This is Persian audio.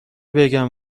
بگم